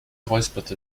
räusperte